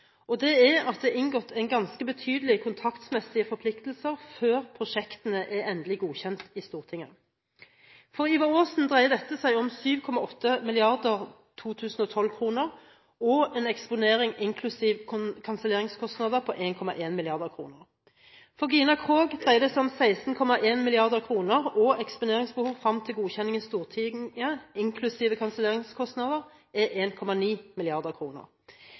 og det er at det er inngått en ganske betydelig kontraktsmessig forpliktelse før prosjektene er endelig godkjent i Stortinget. For Ivar Aasen dreier dette seg om 7,8 milliarder 2012-kroner og en eksponering inklusive kanselleringskostnader på 1,1 mrd. kr. For Gina Krog-feltet dreier det seg om 16,1 mrd. kr, og eksponeringsbehov frem til godkjenning i Stortinget inklusive kanselleringskostnader er